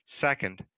Second